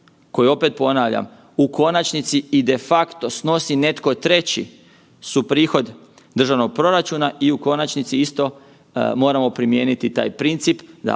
koje opet ponavljam u konačnici i de facto snosi netko treći su prihod državnog proračuna i u konačnici isto moramo primijeniti taj princip da,